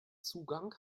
zugang